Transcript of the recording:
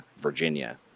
Virginia